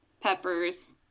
peppers